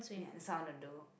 ya that's what I wanna do